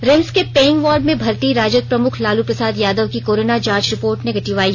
RIMS के paying ward में भर्ती राजद प्रमुख लालू प्रसाद यादव की कोरोना जांच रिपोर्ट निगेटिव आयी